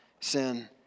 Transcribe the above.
sin